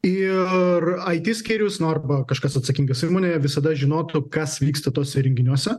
ir it skyrius nu arba kažkas atsakingas įmonėje visada žinotų kas vyksta tuose įrenginiuose